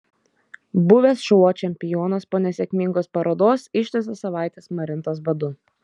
buvęs šuo čempionas po nesėkmingos parodos ištisas savaites marintas badu